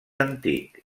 antic